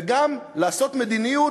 וגם לעשות מדיניות,